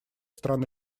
стран